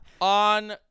on